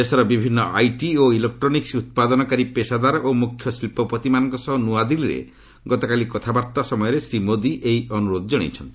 ଦେଶର ବିଭିନ୍ନ ଆଇଟି ଓ ଇଲେକ୍ଟ୍ରୋନିକ୍କ ଉତ୍ପାଦନକାରୀ ପେଷାଦାର ଓ ମୁଖ୍ୟ ଶିଳ୍ପପତିମାନଙ୍କ ସହ ନ୍ନଆଦିଲ୍ଲୀରେ ଗତକାଲି କଥାବାର୍ତ୍ତା ସମୟରେ ଶ୍ରୀ ମୋଦି ଏହି ଅନୁରୋଧ କରିଛନ୍ତି